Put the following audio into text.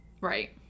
Right